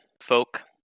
folk